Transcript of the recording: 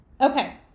Okay